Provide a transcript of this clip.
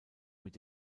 mit